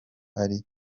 bari